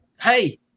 hey